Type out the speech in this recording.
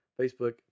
facebook